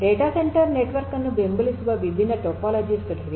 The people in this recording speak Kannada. ಡಾಟಾ ಸೆಂಟರ್ ನೆಟ್ವರ್ಕ್ ಅನ್ನು ಬೆಂಬಲಿಸುವ ವಿಭಿನ್ನ ಟೊಪೊಲಾಜಿಸ್ ಗಳಿವೆ